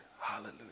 Hallelujah